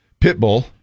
Pitbull